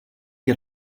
get